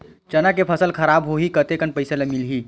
चना के फसल खराब होही कतेकन पईसा मिलही?